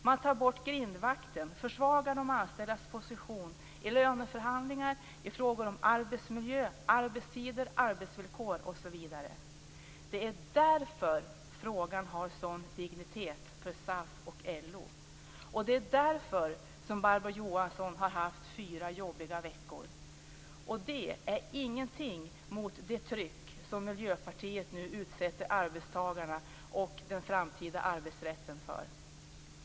Man tar bort grindvakten, försvagar de anställdas position i löneförhandlingar, i frågor om arbetsmiljö, arbetstider, arbetsvillkor osv. Det är därför som frågan har en sådan dignitet för SAF och LO, och det är därför som Barbro Johansson har haft fyra jobbiga veckor. Men detta är ingenting jämfört med det tryck som Miljöpartiet nu utsätter arbetstagarna och den framtida arbetsrätten för.